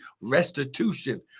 Restitution